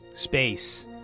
Space